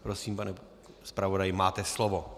Prosím, pane zpravodaji, máte slovo.